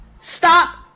Stop